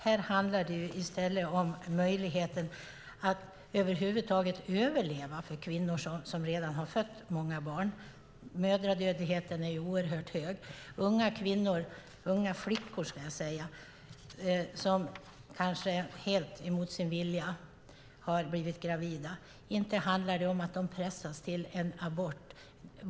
Här handlar det i stället om möjligheten att över huvud taget överleva för kvinnor som redan har fött många barn. Mödradödligheten är oerhört hög. Det är unga flickor som kanske helt mot sin vilja har blivit gravida. Inte handlar det om att de pressas till en abort.